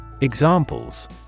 Examples